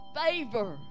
favor